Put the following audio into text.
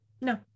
no